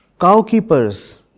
cow-keepers